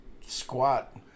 squat